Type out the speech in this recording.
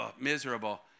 miserable